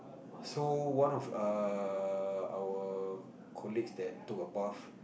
so one of err our colleagues that took a bath